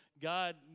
God